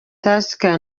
tusker